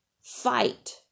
fight